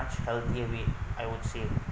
healthier way I would say